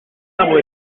arbres